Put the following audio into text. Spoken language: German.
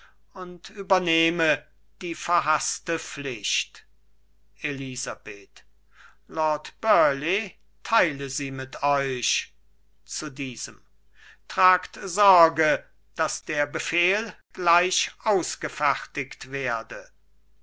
und übernehme die verhaßte pflicht elisabeth lord burleigh teile sie mit euch zu diesem tragt sorge daß der befehl gleich ausgefertigt werde